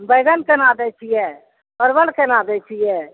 बैगन केना दै छियै परवल केना दै छियै